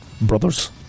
brothers